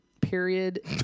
period